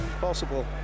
possible